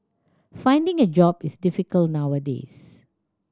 finding a job is difficult nowadays